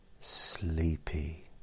sleepy